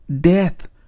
death